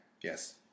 Yes